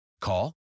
Call